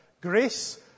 grace